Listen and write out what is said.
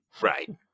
right